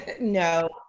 No